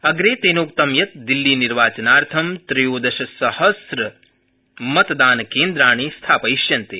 अग्रे तेनाक्तं यत् दिल्लीनिर्वाचनार्थं त्रयोदशसहस्रमतदानकेन्द्राणि स्थापयिष्यन्ते